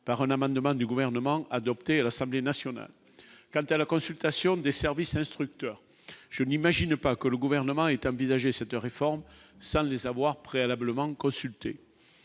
par un amendement du gouvernement adopté à l'Assemblée nationale, quant à la consultation des services instructeurs je n'imagine pas que le gouvernement est envisagé cette réforme sans les avoir préalablement consultés,